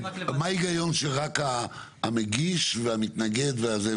מה ההיגיון שרק המגיש והמתנגד והזה.